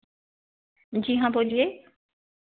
जी हाँ बोलिए